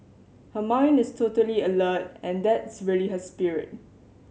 her mind is totally alert and that's really her spirit